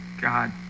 God